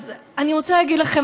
אז אני רוצה להגיד לכם,